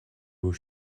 aux